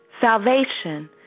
salvation